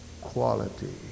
Quality